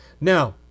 Now